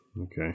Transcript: Okay